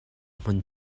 hmun